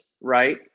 right